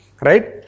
right